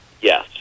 Yes